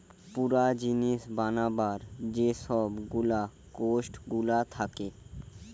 পুরা জিনিস বানাবার যে সব গুলা কোস্ট গুলা থাকে